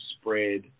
spread